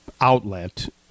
outlet